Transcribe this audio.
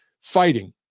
fighting